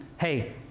hey